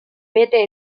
bete